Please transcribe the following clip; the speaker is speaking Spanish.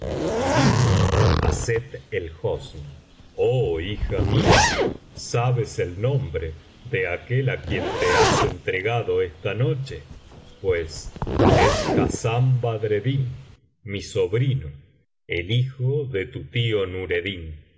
historia del visir nureddin oh hija mía sabes el nombre de aquel á quien te has entregado esta noche pues es hassán badreddin mi sobrino el hijo de tu tío nureddin